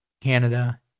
canada